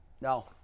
no